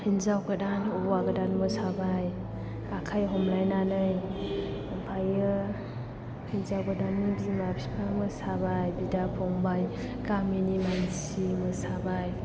हिनजाव गोदान हौवा गोदान मोसाबाय आखाइ हमलायनानै ओमफ्राय हिनजाव गोदाननि बिमा बिफा मोसाबाय बिदा फंबाइ गामिनि मानसि मोसाबाय